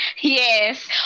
yes